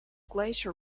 glacial